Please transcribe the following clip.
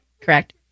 Correct